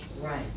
right